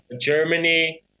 Germany